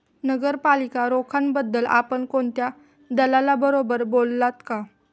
नगरपालिका रोख्यांबद्दल आपण कोणत्या दलालाबरोबर बोललात का?